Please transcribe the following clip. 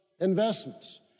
investments